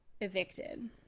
evicted